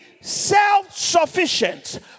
self-sufficient